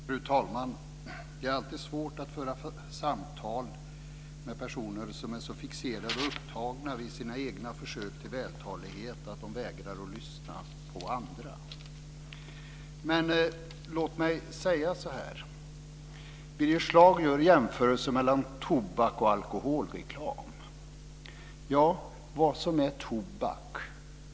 Fru talman! Det är alltid svårt att föra samtal med personer som är så fixerade och upptagna av sina egna försök till vältalighet att de vägrar att lyssna på andra. Låt mig säga så här. Birger Schlaug gör här en jämförelse med tobaks och alkoholreklam. Vi vet vad som är tobak.